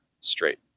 Straight